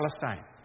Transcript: Palestine